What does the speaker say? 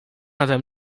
nade